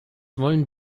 wollen